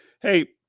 hey